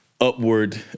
upward